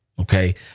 Okay